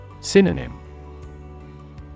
Synonym